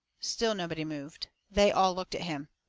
still nobody moved. they all looked at him.